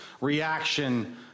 reaction